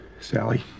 Sally